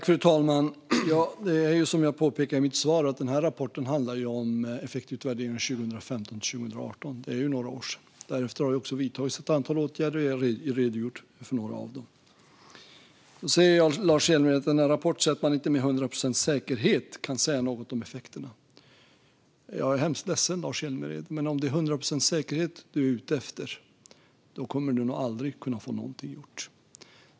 Fru talman! Som jag påpekar i mitt svar handlar denna rapport om effektutvärdering 2015-2018, och det är några år sedan. Därefter har det vidtagits ett antal åtgärder, och jag har redogjort för några av dem. Lars Hjälmered säger att det i rapporten sägs att man inte med hundra procents säkerhet kan säga något om effekterna. Jag är hemskt ledsen, Lars Hjälmered, men om det är hundra procents säkerhet som du är ute efter kommer du nog aldrig att kunna få någonting gjort.